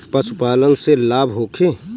पशु पालन से लाभ होखे?